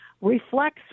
reflects